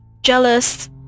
jealous